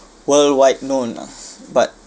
worldwide known ah but